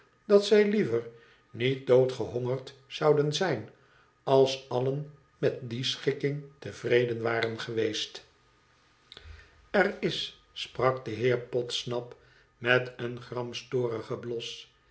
dat zij liever niet doodgehongerd zouden zijn als allen met die schikking tevreden waren geweest r is sprak de heer podsnap met een gramstorigen blos